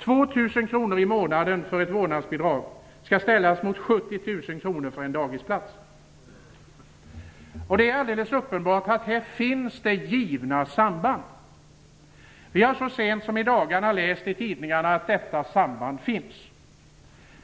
2 000 kronor i månaden för ett vårdnadsbidrag skall ställas mot 70 000 kronor för en dagisplats. Alldeles uppenbart finns det givna samband. Vi har läst det så sent som i dagarna.